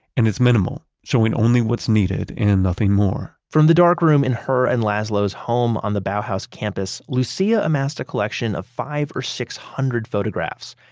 and it's minimal, showing only what's needed, and nothing more from the dark room in her and laszlo's home on the bauhaus campus, lucia amassed a collection of five hundred or six hundred photographs,